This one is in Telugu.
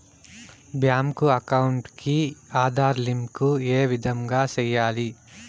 బ్యాంకు అకౌంట్ కి ఆధార్ లింకు ఏ విధంగా సెయ్యాలి?